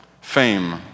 Fame